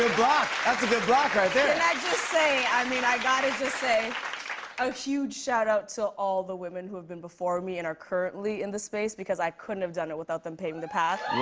block. that's a good block right there. can i just say i mean, i got to just say a huge shout-out to all the women who have been before me and are currently in the space, because i couldn't have done it without them paving the path.